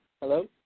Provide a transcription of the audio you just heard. Hello